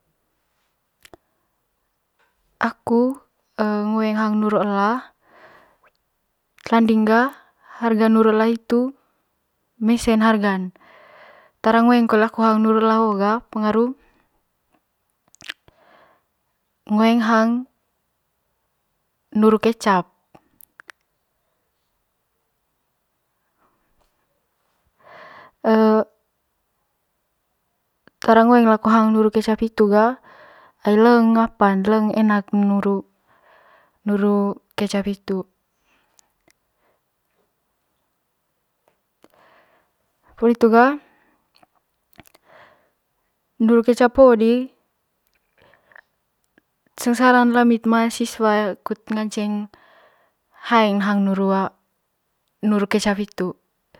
Aku ngoeng hang nuru ela tapi ga nuru ela hitu mese hargan tara ngoeng kole laku hang nuru ela hoo ga pengaru ngoeng hang nuru kecap wee tara ngoeng laku hang nuru kecap hitu ga leng enakn nuru kecap hitu poli hitu ga nuru kecap hoo di sengsaran lami mahasiswa kut nganceng haeng hang nuru kecap hitu.